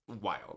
wild